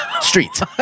streets